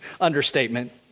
understatement